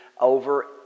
over